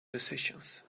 decisions